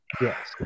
Yes